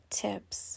tips